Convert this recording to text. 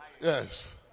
Yes